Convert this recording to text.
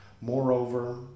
Moreover